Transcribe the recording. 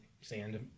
sand